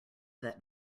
that